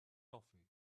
coffee